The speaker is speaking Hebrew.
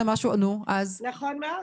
נכון מאוד.